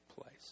place